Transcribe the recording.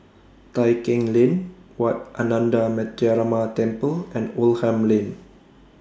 Tai Keng Lane Wat Ananda Metyarama Temple and Oldham Lane